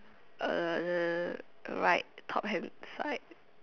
uh the right top hand side